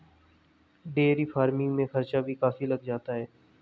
dairy farming में खर्चा भी काफी लग जाता है